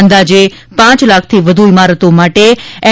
અંદાજે પાંચ લાખથી વધુ ઈમારતો માટે એન